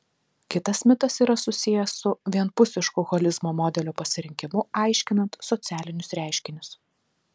kitas mitas yra susijęs su vienpusišku holizmo modelio pasirinkimu aiškinant socialinius reiškinius